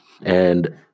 And-